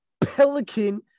pelican